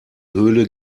höhle